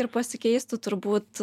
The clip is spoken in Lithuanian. ir pasikeistų turbūt